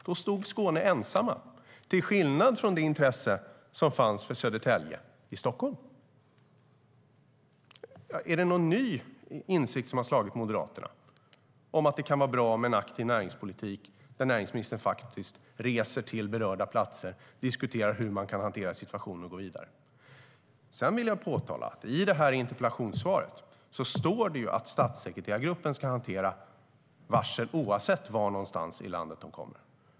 Då stod Skåne ensamt, till skillnad från det intresse som fanns för Södertälje, i närheten av Stockholm. Är det någon ny insikt som har slagit Moderaterna om att det kan vara bra med en aktiv näringspolitik där näringsministern faktiskt reser till berörda platser och diskuterar hur man kan hantera situationen och gå vidare? Sedan vill jag påtala att det i interpellationssvaret sägs att statssekreterargruppen ska hantera varsel oavsett var i landet de kommer.